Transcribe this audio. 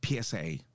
PSA